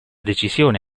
decisione